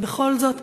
אבל בכל זאת,